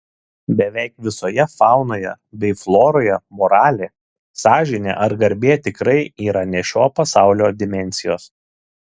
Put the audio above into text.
beveik visoje faunoje bei floroje moralė sąžinė ar garbė tikrai yra ne šio pasaulio dimensijos